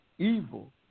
Evil